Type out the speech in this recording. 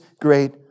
great